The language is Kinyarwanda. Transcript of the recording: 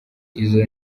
izo